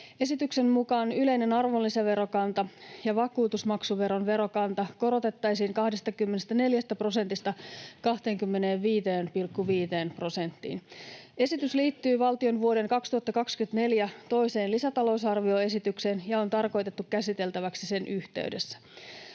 Esityksen mukaan yleinen arvonlisäverokanta ja vakuutusmaksuveron verokanta korotettaisiin 24 prosentista 25,5 prosenttiin. Esitys liittyy valtion vuoden 2024 toiseen lisätalousarvioesitykseen ja on tarkoitettu käsiteltäväksi sen yhteydessä.